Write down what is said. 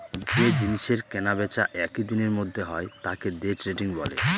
যে জিনিসের কেনা বেচা একই দিনের মধ্যে হয় তাকে দে ট্রেডিং বলে